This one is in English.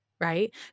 right